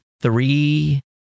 three